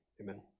amen